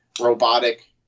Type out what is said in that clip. robotic